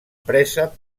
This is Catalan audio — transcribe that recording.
presa